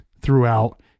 throughout